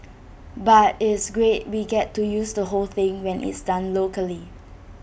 but it's great we get to use the whole thing when it's done locally